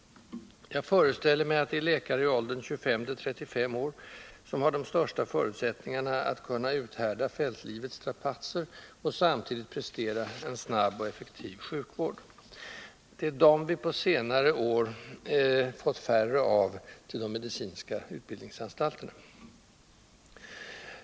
Jag föreställer mig att det är läkare i åldern 25-35 år som har de största förutsättningarna att kunna uthärda fältlivets strapatser och samtidigt prestera en snabb och effektiv sjukvård. Det är dem vi på senare år fått färre av till de medicinska utbildningsanstalterna.